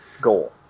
goal